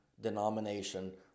denomination